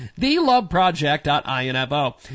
theloveproject.info